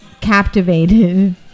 captivated